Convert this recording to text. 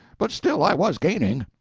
but still i was gaining.